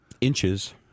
Inches